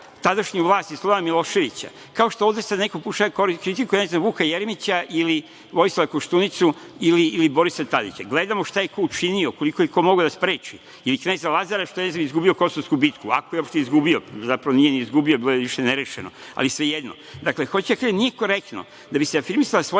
tadašnju vlast i Slobodana Miloševića, kao što ovde sad neko pokušava da kritikuje Vuka Jeremića, Vojislava Koštunicu ili Borisa Tadića. Gledamo šta je ko učinio, koliko je ko mogao da spreči. Ili kneza Lazara što je izgubio Kosovsku bitku, ako je uopšte izgubio. Zapravo nije ni izgubio, bilo je više nerešeno, ali svejedno. Dakle, hoću da kažem da nije korektno, da bi se afirmisala svoja